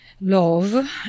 Love